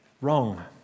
wrong